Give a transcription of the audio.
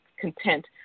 content